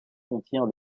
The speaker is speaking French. contient